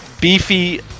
beefy